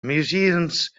museums